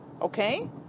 Okay